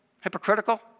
hypocritical